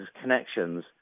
connections